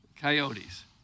Coyotes